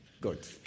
Good